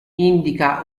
indica